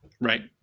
Right